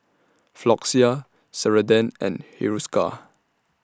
Floxia Ceradan and Hiruscar